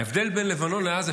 ההבדל בין לבנון לעזה,